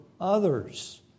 others